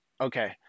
Okay